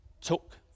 took